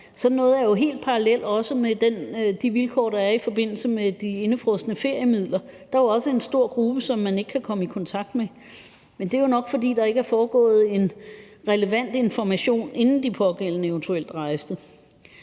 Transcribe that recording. Sådan noget er jo også helt parallelt med de vilkår, der er i forbindelse med de indefrosne feriemidler. Der er jo også en stor gruppe, som man ikke kan komme i kontakt med. Det er jo nok, fordi der ikke har været en relevant information, inden de pågældende eventuelt rejste.